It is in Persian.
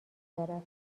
دارد